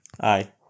Aye